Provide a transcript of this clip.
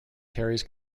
carries